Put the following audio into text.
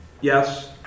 Yes